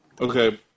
Okay